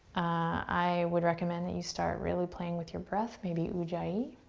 i would recommend that you start really playing with your breath, maybe ujjayi.